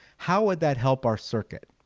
how would that help our circuit?